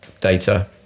data